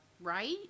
Right